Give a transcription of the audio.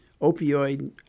opioid